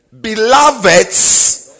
Beloveds